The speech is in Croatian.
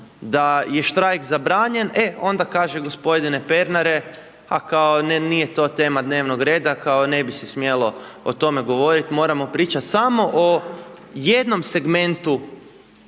da je štrajk zabranjen, e onda kaže gospodine Pernare, a kao ne, nije to tema dnevnog reda, ne bi se smjelo o tome govoriti, moramo pričati samo o jednom segmentu